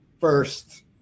first